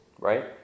right